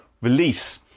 release